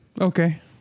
Okay